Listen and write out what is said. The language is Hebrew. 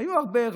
היו הרבה,